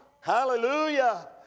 Hallelujah